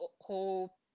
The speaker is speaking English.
whole